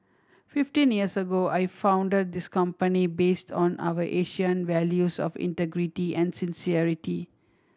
fifteen years ago I founded this company based on our Asian values of integrity and sincerity